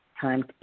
time